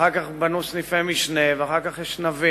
אחר כך בנו סניפי משנה ואחר כך אשנבים,